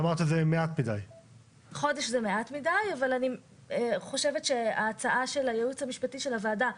חודש זה מעט מדי אבל אני חושבת שההצעה של הייעוץ המשפטי של הוועדה,